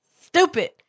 stupid